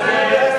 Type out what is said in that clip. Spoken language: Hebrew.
ההצעה